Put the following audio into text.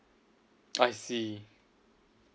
I see